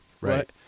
right